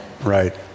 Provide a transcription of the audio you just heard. right